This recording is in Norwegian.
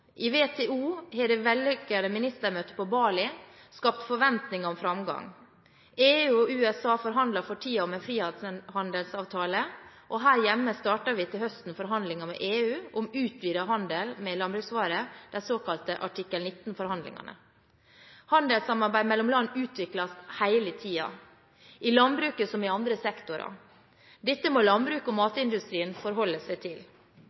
I WTO har det vellykkede ministermøtet på Bali skapt forventninger om framgang. EU og USA forhandler for tiden om en frihandelsavtale, og her hjemme starter vi til høsten forhandlinger med EU om utvidet handel med landbruksvarer, de såkalte artikkel 19-forhandlingene. Handelssamarbeid mellom land utvikles hele tiden – i landbruket som i andre sektorer. Dette må landbruket og matindustrien forholde seg til.